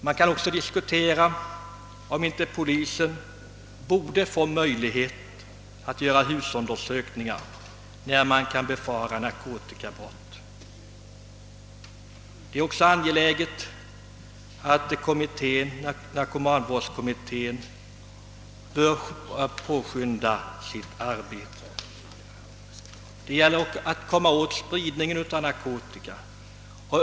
Man kan också diskutera, om inte polisen borde få möjlighet att göra husundersökning när narkotikabrott kan befaras. Det är också angeläget att narkomanvårdskommittén påskyndar sitt arbete. Det gäller att komma åt spridningen av narkotika.